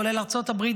כולל ארצות הברית,